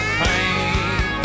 pain